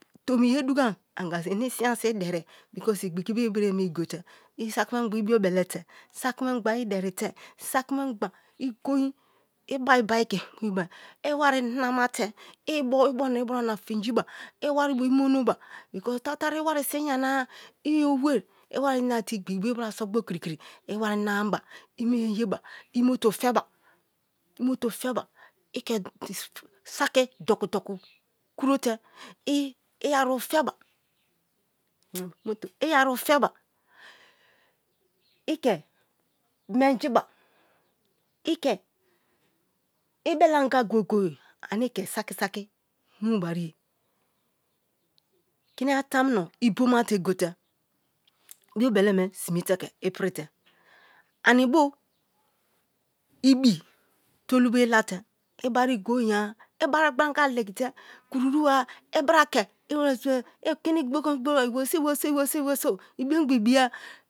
Tomi ye dugai anga i ni sin ya so iderie because igbigi be ibira emi gote. I sakimengba i biobele te, sakimengba i deri te, i ibo-na ibra-na fin jibon i wavi bo i nwoba because tatari wari so iyana-a i owu-e i wari nate igbigi bo ibe ibra so kiri kiri i wari namaba me-e yeba i mo tor feba, i motor feba i ke saki doku-duku kuro te i ara feba i ke saki doku-doku i motor feba ike saki doku-doku kuro te i aru feba ike menjiba, ike i bele anga goye goye-o ani ke saki-saki mu ba riye kiniyana tamuno ibomate gote biobele me sime te ke ipirite ani bo ibi tolu bo ilate i bari ijom ya i bari gbari anga legite kururu-a i bra ke iweriso iweriso iweriso i biongbo ibi ya.